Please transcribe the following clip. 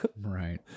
Right